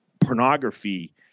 pornography